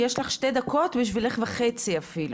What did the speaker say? יש לך שתי דקות, בשבילך וחצי אפילו.